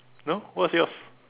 now what's yours